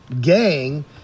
gang